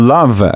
Love